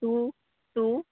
two two